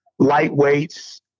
lightweights